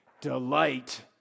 delight